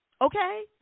Okay